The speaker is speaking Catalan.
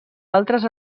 altres